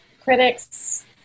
critics